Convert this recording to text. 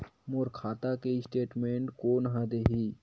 मोर खाता के स्टेटमेंट कोन ह देही?